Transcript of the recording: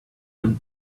them